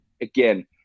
again